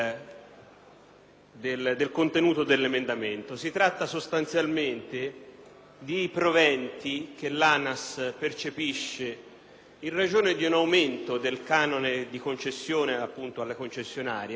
di proventi che l'ANAS percepisce in ragione di un aumento dei canoni di concessione alle concessionarie, che dovevano essere rigorosamente impiegati (tra l'altro la questione è oggetto di una mia